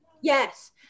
Yes